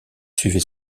suivait